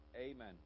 amen